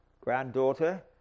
granddaughter